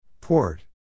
Port